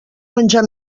menjar